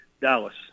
Dallas